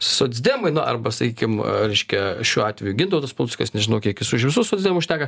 socdemai na arba sakykim reiškia šiuo atveju gintautas paluckas nežinau kiek jis už visus socdemus šneka